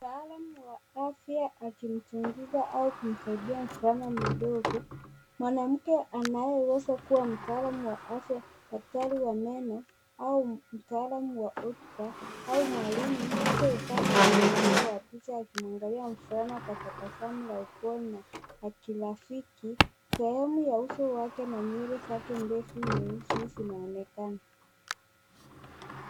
Mtaalam wa afya akimchunguza au kumsaidia mvulana mdogo, mwanamke anayeweza kuwa mtaalam wa afya, daktari wa meno au mtaalam wa hotuba au mwalimu yuko upande wa kulia wa picha aki mwangalia mvulana kwa tabasamu la ukoo na la kirafiki. Sehemu ya uso wake na nywele zake ndefu nyeusi zinaonekana.